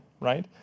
right